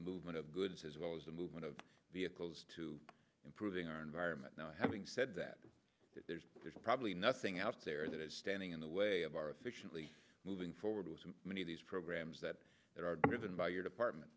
movement of goods as well as the movement of vehicles to improving our environment now having said that there's probably nothing out there that is standing in the way of our efficiently moving forward many of these programs that there are driven by your department